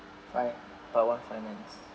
alright part one finance